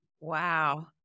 Wow